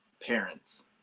parents